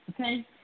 Okay